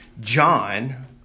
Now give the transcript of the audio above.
John